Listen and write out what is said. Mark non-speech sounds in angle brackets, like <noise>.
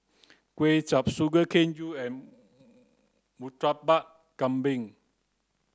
kuay chap sugar cane you <unintelligible> murtabak kambing